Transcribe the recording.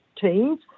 teams